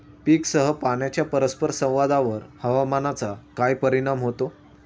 पीकसह पाण्याच्या परस्पर संवादावर हवामानाचा काय परिणाम होतो?